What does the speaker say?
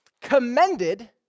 commended